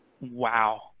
wow